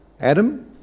Adam